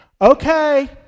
Okay